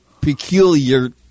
peculiar